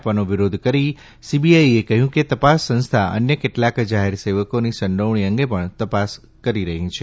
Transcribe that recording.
આપવાનો વિરોધ કરી સીબીઆઈએ કહ્યું કે તપાસ સંસ્થા અન્ય કેટલાક જાહેર સેવકોની સંડોવણી અંગે પણ તપાસ કરી રહી છે